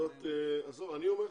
אומר לך,